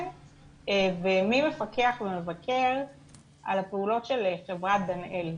ומי מפקח ומבקר על הפעולות של חברת דנאל?